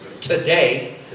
today